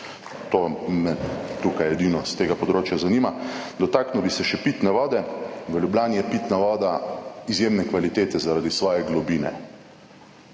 To me tukaj edino s tega področja zanima. Dotaknil bi se še pitne vode, v Ljubljani je pitna voda izjemne kvalitete zaradi svoje globine,